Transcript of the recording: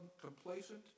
complacent